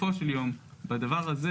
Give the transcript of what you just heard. בסופו של יום בדבר הזה